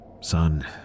Son